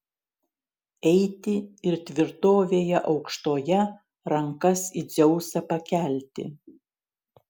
eiti ir tvirtovėje aukštoje rankas į dzeusą pakelti